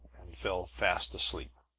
and fell fast asleep.